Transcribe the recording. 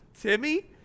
Timmy